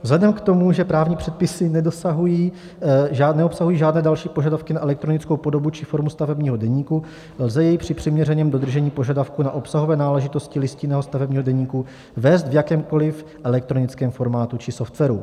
Vzhledem k tomu, že právní předpisy neobsahují žádné další požadavky na elektronickou podobu či formu stavebního deníku, lze jej při přiměřeném dodržení požadavků na obsahové náležitosti listinného stavebního deníku vést v jakémkoli elektronickém formátu či softwaru.